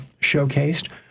showcased